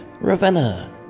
Ravenna